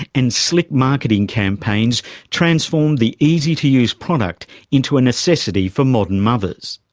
and slick marketing campaigns transformed the easy-to-use product into a necessity for modern mothers.